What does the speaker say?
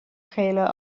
chéile